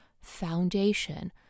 foundation